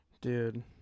dude